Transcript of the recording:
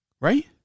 Right